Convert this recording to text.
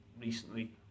recently